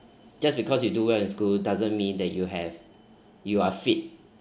just because you do well in school doesn't mean that you have you are fit